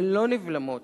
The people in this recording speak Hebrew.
ולא נבלמות,